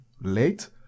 late